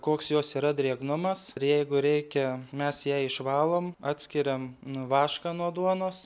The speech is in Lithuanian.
koks jos yra drėgnumas ir jeigu reikia mes ją išvalom atskiriam nu vašką nuo duonos